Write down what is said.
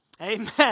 Amen